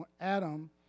Adam